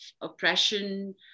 oppression